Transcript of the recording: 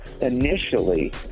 Initially